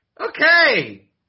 Okay